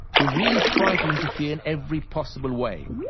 who really tried to interfere in every possible way.